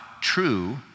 true